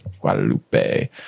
guadalupe